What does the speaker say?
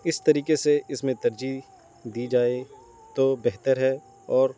اس طریقے سے اس میں ترجیح دی جائے تو بہتر ہے اور